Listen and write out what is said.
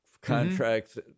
contracts